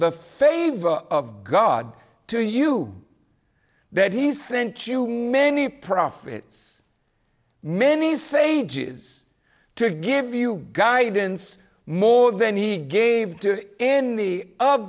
the favor of god to you that he sent you many profits many say is to give you guidance more than he gave to any of